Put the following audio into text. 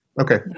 Okay